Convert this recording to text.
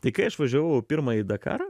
tai kai aš važiavau pirmąjį dakarą